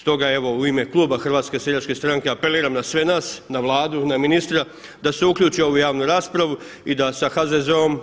Stoga evo u ime kluba HSS-a apeliram na sve nas, na Vladu, na ministra da se uključe u ovu javnu raspravu i da sa HZZO-om